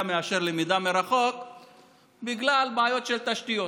מאשר למידה מרחוק בגלל בעיות של תשתיות,